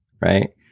right